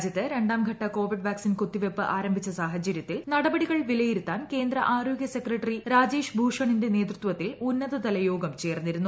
രാജ്യത്ത് രണ്ടാം ഘട്ട കോവിഡ് വാക്സിൻ കുത്തിവെപ്പ് ആരംഭിച്ച സാഹചരൃത്തിൽ നടപടികൾ വിലയിരുത്താൻ കേന്ദ്ര ആരോഗ്യ സെക്രട്ടറി രാജേഷ് ഭൂഷണിന്റെ നേതൃത്വത്തിൽ ഉന്നത തലയോഗം ചേർന്നിരുന്നു